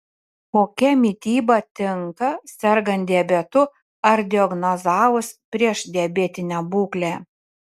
kokia mityba tinka sergant diabetu ar diagnozavus priešdiabetinę būklę